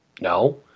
no